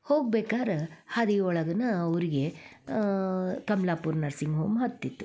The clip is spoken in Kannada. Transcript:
ಹೋಗ್ಬೇಕಾರೆ ಹಾದಿ ಒಳಗ್ನೇ ಅವರಿಗೆ ಕಮ್ಲಾಪುರ ನರ್ಸಿಂಗ್ ಹೋಮ್ ಹತ್ತಿತು